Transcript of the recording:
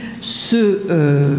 ce